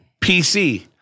PC